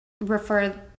refer